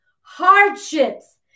hardships